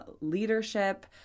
leadership